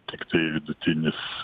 tiktai vidutinis